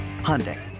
Hyundai